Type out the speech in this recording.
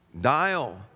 Dial